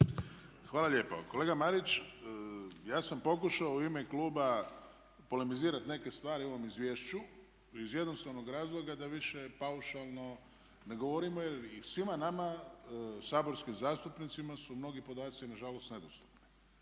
Hvala lijepo. Kolega Marić, ja sam pokušao u ime kluba polemizirati neke stvari u ovom izvješću iz jednostavnog razloga da više paušalno ne govorimo jer svima nama, saborskim zastupnicima su mnogi podaci nažalost nedostupni.